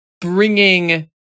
bringing